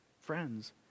Friends